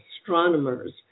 astronomers